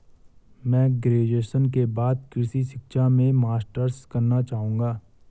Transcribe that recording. मैं ग्रेजुएशन के बाद कृषि शिक्षा में मास्टर्स करना चाहूंगा